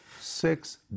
six